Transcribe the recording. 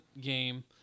game